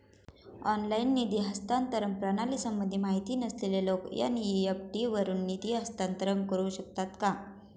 Online निधी हस्तांतरण प्रणालीसंबंधी माहिती नसलेले लोक एन.इ.एफ.टी वरून निधी हस्तांतरण करू शकतात का?